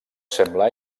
sembla